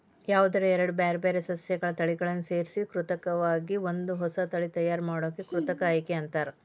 ಯಾವದರ ಎರಡ್ ಬ್ಯಾರ್ಬ್ಯಾರೇ ಸಸ್ಯಗಳ ತಳಿಗಳನ್ನ ಸೇರ್ಸಿ ಕೃತಕವಾಗಿ ಒಂದ ಹೊಸಾ ತಳಿ ತಯಾರ್ ಮಾಡೋದಕ್ಕ ಕೃತಕ ಆಯ್ಕೆ ಅಂತಾರ